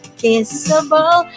kissable